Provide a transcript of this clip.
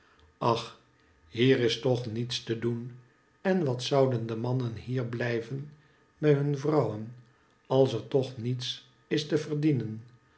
ach hier is toch niets te doen en wat zouden de mannen hier blijven bij hun vrouwen als er toch niets is te verdienen